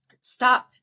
stop